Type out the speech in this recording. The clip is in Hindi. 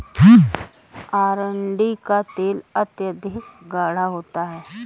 अरंडी का तेल अत्यधिक गाढ़ा होता है